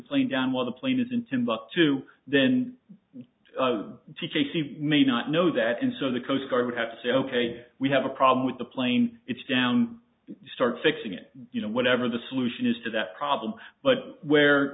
plane down while the plane is in timbuktu then to casey we may not know that and so the coast guard would have to say ok we have a problem with the plane it's down start fixing it you know whatever the solution is to that problem but where